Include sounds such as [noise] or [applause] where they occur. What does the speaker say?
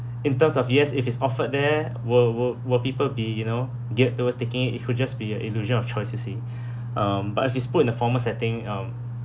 in terms of yes if it's offered there will will people be you know geared towards taking it it could just be a illusion of choice you see [breath] um but if it's put in the formal setting um